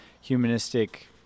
humanistic